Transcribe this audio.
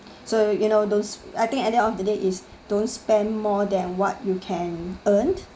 so you know those I think idea at the end of the day is don't spend more than what you can earn